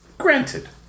Granted